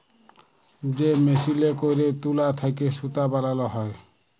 যে মেসিলে ক্যইরে তুলা থ্যাইকে সুতা বালাল হ্যয়